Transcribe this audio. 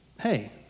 hey